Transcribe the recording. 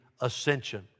ascension